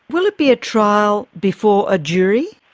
will it be a trial before a jury?